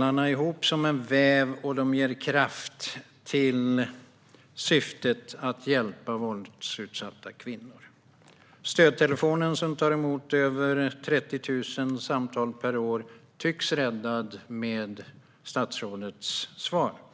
alltså ihop som en väv, och de ger kraft till syftet att hjälpa våldsutsatta kvinnor. Stödtelefonen, som tar emot över 30 000 samtal per år, tycks räddad med statsrådets svar.